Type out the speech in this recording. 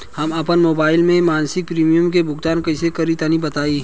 हम आपन मोबाइल से मासिक प्रीमियम के भुगतान कइसे करि तनि बताई?